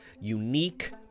unique